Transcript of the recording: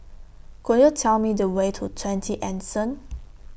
Could YOU Tell Me The Way to twenty Anson